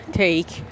take